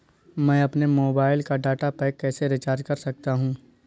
मैं अपने मोबाइल का डाटा पैक कैसे रीचार्ज कर सकता हूँ?